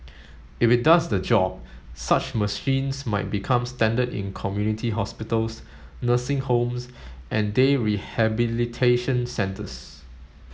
if it does the job such machines might become standard in community hospitals nursing homes and day rehabilitation centres